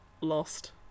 lost